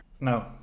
No